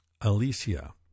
Alicia